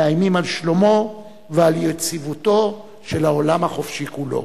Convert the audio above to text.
מאיימים על שלומו ועל יציבותו של העולם החופשי כולו.